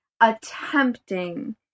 attempting